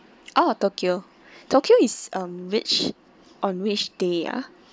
oh tokyo tokyo is um which on which day ah